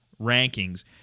rankings